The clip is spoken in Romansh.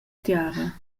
tiara